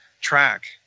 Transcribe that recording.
track